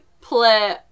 play